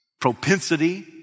propensity